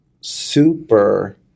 super